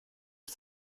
ist